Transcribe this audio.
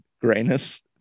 grayness